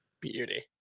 Beauty